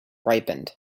ripened